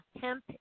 hemp